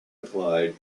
applied